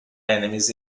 enemies